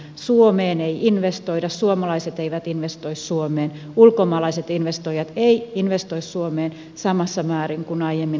suomeen ei investoida suomalaiset eivät investoi suomeen ulkomaalaiset investoijat eivät investoi suomeen samassa määrin kuin aiemmin on tapahtunut